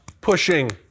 pushing